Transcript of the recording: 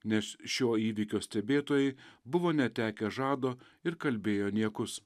nes šio įvykio stebėtojai buvo netekę žado ir kalbėjo niekus